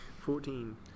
Fourteen